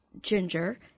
ginger